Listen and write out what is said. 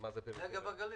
רק הנגב והגליל.